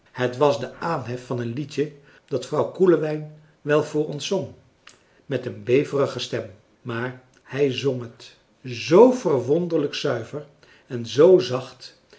het was de aanhef van een liedje dat vrouw koelewijn wel voor ons zong met een beverige stem maar hij zong het zoo verwonderlijk zuiver en zoo zacht